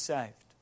Saved